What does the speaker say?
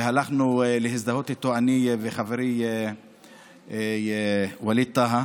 הלכנו להזדהות איתו, אני וחברי ווליד טאהא.